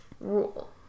rule